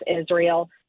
Israel